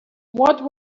what